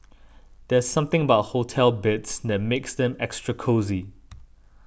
there's something about hotel beds that makes them extra cosy